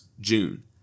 June